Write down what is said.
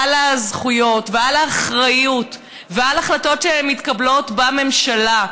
על הזכויות ועל האחריות ועל החלטות שמתקבלות בממשלה.